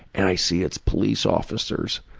and i see it's police officers.